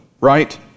right